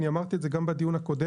אני אמרתי את זה גם בדיון הקודם.